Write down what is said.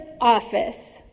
office